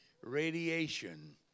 radiation